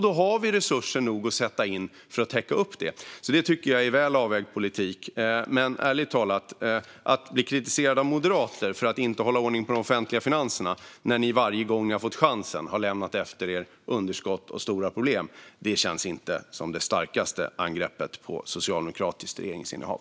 Då har vi resurser nog att sätta in för att täcka upp detta, så det tycker jag är väl avvägd politik. Ärligt talat: att bli kritiserad av moderater för att inte hålla ordning på de offentliga finanserna, när ni varje gång som ni har fått chansen har lämnat efter er underskott och stora problem, känns inte som det starkaste angreppet på socialdemokratiskt regeringsinnehav.